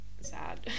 sad